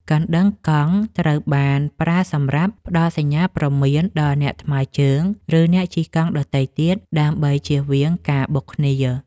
កណ្ដឹងកង់ត្រូវបានប្រើសម្រាប់ផ្ដល់សញ្ញាព្រមានដល់អ្នកថ្មើរជើង ឬអ្នកជិះកង់ដទៃទៀត ដើម្បីជៀសវាងការបុកគ្នា។